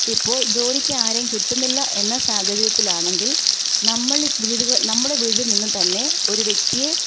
ഇപ്പോൾ ജോലിക്ക് ആരെയും കിട്ടുന്നില്ല എന്ന സാഹചര്യത്തിൽ ആണെങ്കിൽ നമ്മളി വീടുകൾ നമ്മുടെ വീട്ടിൽ നിന്നും തന്നെ ഒരു വ്യക്തിയെ